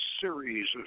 series